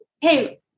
hey